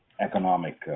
economic